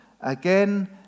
again